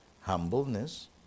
humbleness